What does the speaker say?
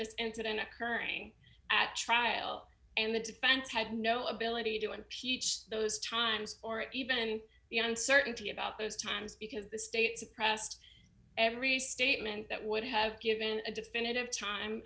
this incident occurring at trial and the defense had no ability to impeach those times or even beyond certainty about those times because the state suppressed every statement that would have given a definitive time